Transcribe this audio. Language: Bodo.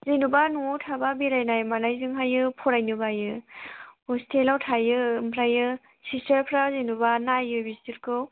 जेनेबा न'आव थाबा बेरायनाय मानायजोंहायो फरायनो बायो हस्टेलाव थायो ओमफ्राय सिस्टारफोरा जेनेबा नायो बिसोरखौ